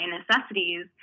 necessities